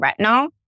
retinol